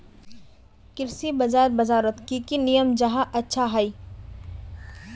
कृषि बाजार बजारोत की की नियम जाहा अच्छा हाई?